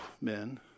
men